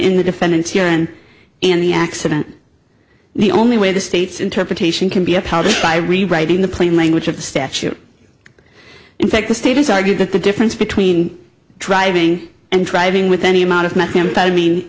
in the defendant's urine and the accident the only way the state's interpretation can be upheld by rewriting the plain language of the statute in fact the state has argued that the difference between driving and driving with any amount of methamphetamine